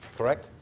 correct?